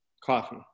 Coffee